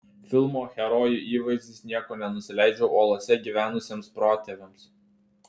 filmo herojų įvaizdis nieko nenusileidžia uolose gyvenusiems protėviams